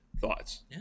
thoughts